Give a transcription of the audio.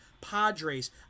padres